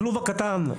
הכלוב הקטן,